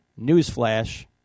Newsflash